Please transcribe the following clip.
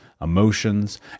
emotions